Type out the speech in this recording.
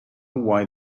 why